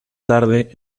tarde